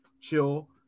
chill